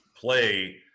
play